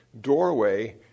doorway